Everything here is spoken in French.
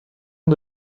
ans